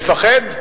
לפחד,